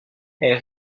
elle